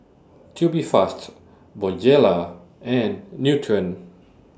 Tubifast Bonjela and Nutren